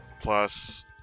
Plus